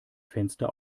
fenster